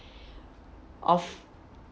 of